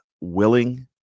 willing